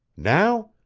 now?